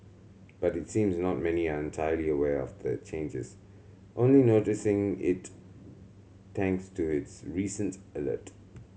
but it seems not many are entirely aware of the changes only noticing it thanks to this recent alert